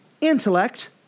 intellect